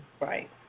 Right